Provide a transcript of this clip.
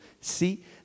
see